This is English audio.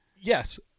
Yes